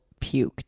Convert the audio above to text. puked